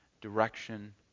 direction